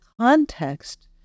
context